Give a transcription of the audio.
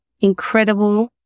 incredible